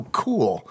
cool